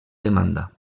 demanda